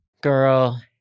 Girl